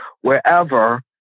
wherever